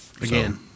Again